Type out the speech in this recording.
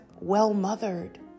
well-mothered